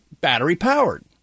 battery-powered